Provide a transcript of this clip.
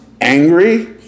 angry